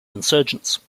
insurgents